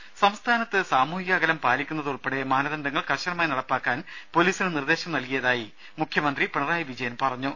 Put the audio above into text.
രുമ സംസ്ഥാനത്ത് സാമൂഹിക അകലം പാലിക്കുന്നത് ഉൾപ്പെടെ മാനദണ്ഡങ്ങൾ കർശനമായി നടപ്പാക്കാൻ പൊലീസിന് നിർദ്ദേശം നൽകിയതായി മുഖ്യമന്ത്രി പിണറായി വിജയൻ പറഞ്ഞു